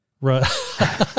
Right